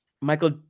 Michael